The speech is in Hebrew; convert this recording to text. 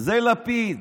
זה לפיד,